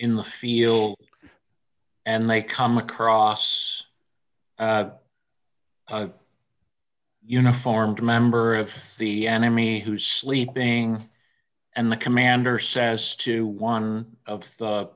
in the field and they come across uniformed member of the enemy who is sleeping and the commander says to one of